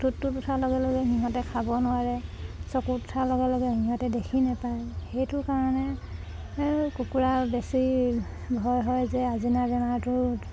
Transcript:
ঠোঁটটোত উঠাৰ লগে লগে সিহঁতে খাব নোৱাৰে চকুত উঠাৰ লগে লগে সিহঁতে দেখি নেপায় সেইটো কাৰণে কুকুৰা বেছি ভয় হয় যে আচিনা বেমাৰটো